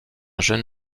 jeune